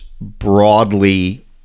broadly